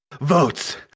votes